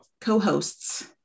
co-hosts